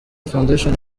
foundation